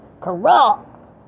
Corrupt